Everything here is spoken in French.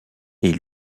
est